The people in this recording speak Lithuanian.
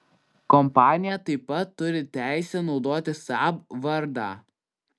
kompanija taip pat turi teisę naudoti saab vardą